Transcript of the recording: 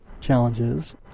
challenges